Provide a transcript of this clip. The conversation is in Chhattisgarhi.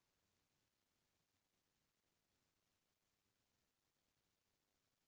मनसे मन के सहयोग ले ही कोनो संस्था ह आघू बड़थे